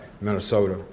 Minnesota